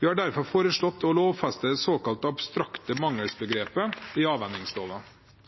Vi har derfor foreslått å lovfeste det såkalte abstrakte mangelbegrepet i